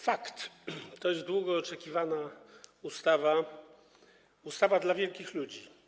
Faktycznie to jest długo oczekiwana ustawa, ustawa dla wielkich ludzi.